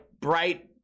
bright